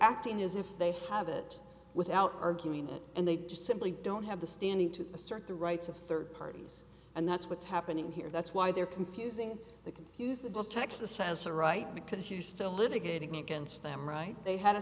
acting as if they have it without arguing and they just simply don't have the standing to assert the rights of third parties and that's what's happening here that's why they're confusing they confuse the texas has a right because you still litigating against them right they had a